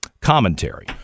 commentary